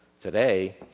today